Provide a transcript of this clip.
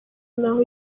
naho